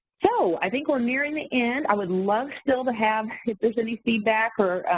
so, i think we're nearing the end. i would love still to have, if there's any feedback or